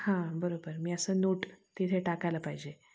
हां बरोबर मी असं नोट तिथे टाकायला पाहिजे